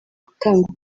gutanga